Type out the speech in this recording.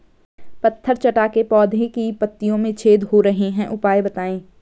पत्थर चट्टा के पौधें की पत्तियों में छेद हो रहे हैं उपाय बताएं?